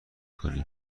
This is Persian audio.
کنیم